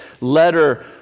letter